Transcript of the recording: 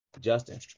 Justin